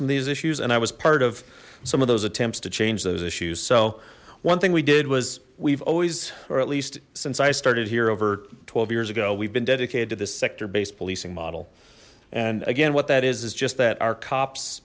some of these issues and i was part of some of those attempts to change those issues so one thing we did was we've always or at least since i started here over twelve years ago we've been dedicated to this sector based policing model and again what that is is just that our cops